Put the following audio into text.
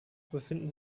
befinden